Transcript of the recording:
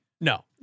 No